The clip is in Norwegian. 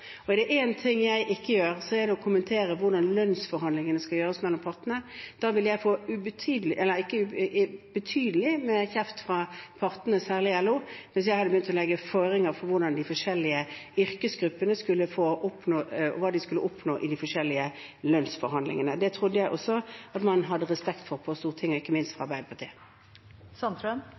Og er det én ting jeg ikke gjør, er det å kommentere hvordan lønnsforhandlingene skal gjøres mellom partene. Jeg ville fått betydelig med kjeft fra partene, særlig LO, hvis jeg hadde begynt å legge føringer for hva de forskjellige yrkesgruppene skulle oppnå i de forskjellige lønnsforhandlingene. Det trodde jeg også at man hadde respekt for på Stortinget, ikke minst i Arbeiderpartiet. Nils Kristen Sandtrøen